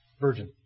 Virgin